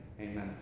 amen